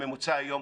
הממוצע היום,